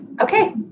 Okay